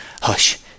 Hush